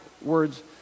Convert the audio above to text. words